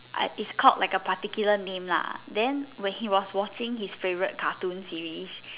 I it's called like a particular name lah then when he was watching his favorite cartoon T_V